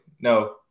no